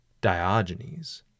Diogenes